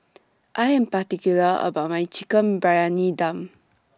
I Am particular about My Chicken Briyani Dum